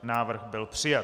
Návrh byl přijat.